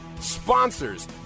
sponsors